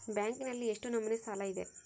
ಬ್ಯಾಂಕಿನಲ್ಲಿ ಎಷ್ಟು ನಮೂನೆ ಸಾಲ ಇದೆ?